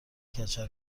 کچل